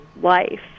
life